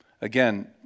Again